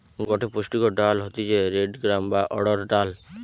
গটে পুষ্টিকর ডাল হতিছে রেড গ্রাম বা অড়হর ডাল